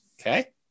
Okay